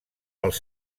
pels